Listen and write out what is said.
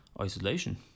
Isolation